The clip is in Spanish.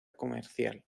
comercial